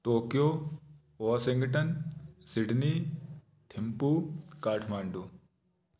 Tokyo Washington Sydney Thimphu Kathmandu